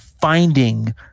finding